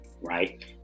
right